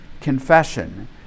confession